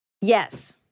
Yes